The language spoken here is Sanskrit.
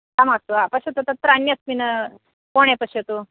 आम् अस्तु पश्यतु तत्र अन्यस्मिन् कोणे पश्यतु